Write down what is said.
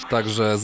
Także